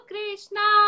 Krishna